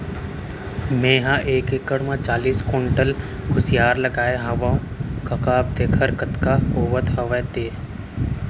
मेंहा एक एकड़ म चालीस कोंटल कुसियार लगाए हवव कका अब देखर कतका होवत हवय ते